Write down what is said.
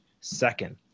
second